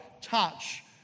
touch